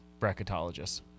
bracketologists